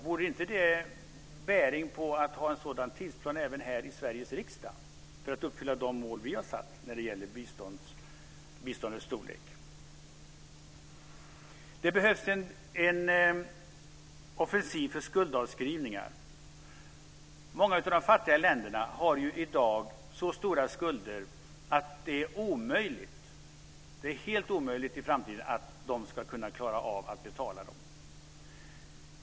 Skulle inte en sådan tidsplan ge bäring även åt Sveriges riksdag när det gäller att uppfylla de mål vi har satt för biståndets storlek? Det behövs en offensiv för skuldavskrivningar. Många av de fattiga länderna har i dag så stora skulder att det är helt omöjligt att de i framtiden ska kunna klara av att betala dem.